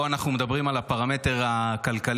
פה אנחנו מדברים על הפרמטר הכלכלי,